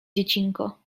dziecinko